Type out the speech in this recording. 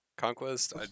Conquest